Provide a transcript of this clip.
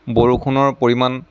বৰষুণৰ পৰিমাণ